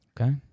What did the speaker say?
Okay